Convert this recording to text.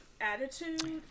attitude